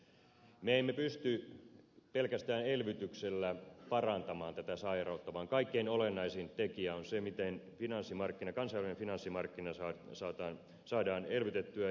me emme pysty pelkästään elvytyksellä parantamaan tätä sairautta vaan kaikkein olennaisin tekijä on se miten kansainvälinen finanssimarkkina saadaan elvytettyä